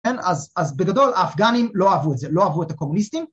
‫אז בגדול האפגנים לא אהבו את זה, ‫לא אהבו את הקומוניסטים.